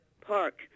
Park